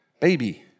Baby